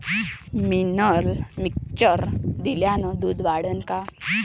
Mineral mixture दिल्यानं दूध वाढीनं का?